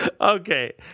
Okay